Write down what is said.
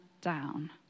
down